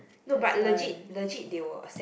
no but legit legit they will accept